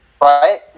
Right